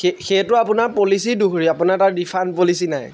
সেই সেইটো আপোনাৰ পলিচি দুহৰী আপোনাৰ তাৰ ৰিফাণ্ড পলিচি নাই